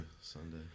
Sunday